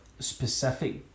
Specific